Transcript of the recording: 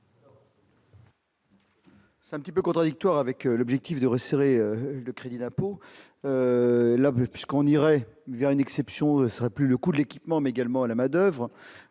C'est un petit peu contradictoire avec l'objectif de resserrer le crédit d'impôt la puisqu'on irait vers une exception serait plus le coût de l'équipement, mais également à la manoeuvre,